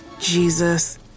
Jesus